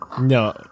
No